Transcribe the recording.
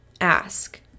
ask